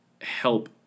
help